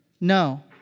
No